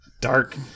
dark